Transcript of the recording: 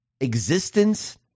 existence